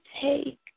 take